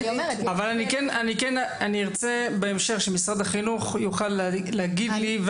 אבל אני ארצה בהמשך שמשרד החינוך יוכל להגיד לי,